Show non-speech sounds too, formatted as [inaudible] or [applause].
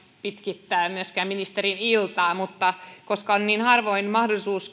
pitkittää ministerin iltaa mutta on niin harvoin mahdollisuus [unintelligible]